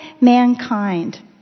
mankind